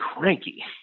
cranky